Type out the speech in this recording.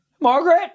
Margaret